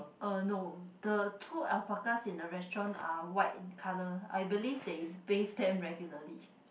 uh no the two alpacas in the restaurant are white colour I believe they bathe them regularly